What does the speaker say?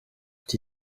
iki